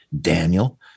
Daniel